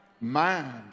mind